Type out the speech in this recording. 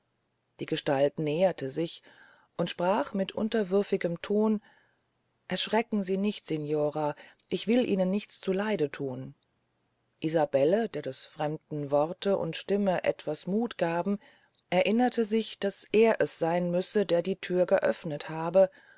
die gestalt näherte sich und sprach mit unterwürfigem ton erschrecken sie nicht signora ich will ihnen nichts zu leide thun isabelle der des fremden worte und stimme etwas muth gaben erinnerte sich daß er es seyn müsse der die thür geöfnet habe